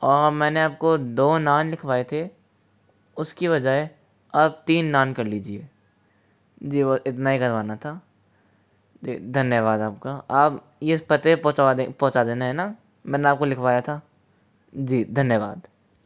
और मैंने आपको दो नान लिखवाए थे उसकी बजाय आप तीन नान कर लीजिए जी बस इतना ही करवाना था धन्यवाद आपका आप इस पते पर पहुँचवा देना है न मैंने आपको लिखवाया था जी धन्यवाद